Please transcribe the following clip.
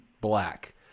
black